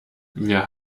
wir